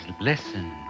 listen